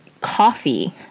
coffee